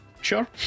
sure